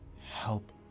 help